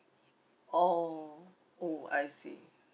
orh oh I see